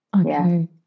Okay